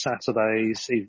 Saturdays